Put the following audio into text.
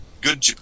good